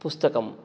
पुस्तकं